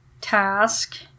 task